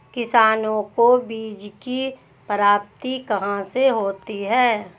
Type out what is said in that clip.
किसानों को बीज की प्राप्ति कहाँ से होती है?